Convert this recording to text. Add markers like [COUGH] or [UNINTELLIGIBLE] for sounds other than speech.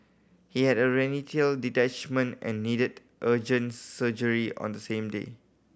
he had a [UNINTELLIGIBLE] detachment and needed urgent surgery on the same day